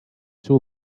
too